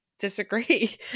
disagree